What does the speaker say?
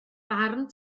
barn